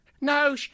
No